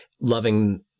loving